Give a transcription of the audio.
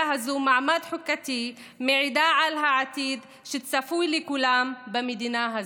הזאת מעמד חוקתי מעידה על העתיד שצפוי לכולם במדינה הזאת.